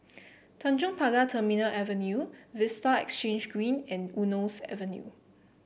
Tanjong Pagar Terminal Avenue Vista Exhange Green and Eunos Avenue